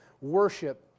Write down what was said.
worship